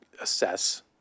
assess